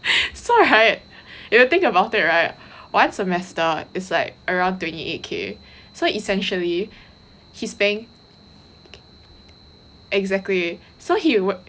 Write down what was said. so [right] if you think about it [right] one semester is like around twenty eight k so essentially he's paying exactly so he